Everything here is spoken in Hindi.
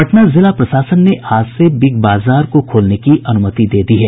पटना जिला प्रशासन ने आज से बिग बाजार को खोलने की अनुमति दे दी है